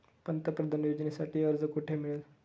पंतप्रधान योजनेसाठी अर्ज कुठे मिळेल?